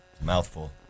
mouthful